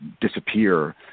disappear